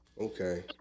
Okay